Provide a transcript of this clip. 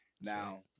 Now